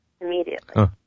immediately